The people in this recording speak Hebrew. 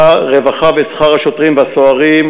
רווחה ושכר השוטרים והסוהרים,